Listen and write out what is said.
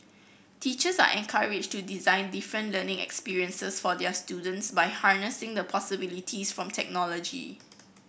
teachers are encouraged to design different learning experiences for their students by harnessing the possibilities from technology